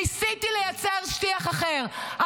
ניסיתי לייצר שיח אחר,